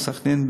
סח'נין,